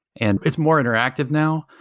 and it's more interactive now.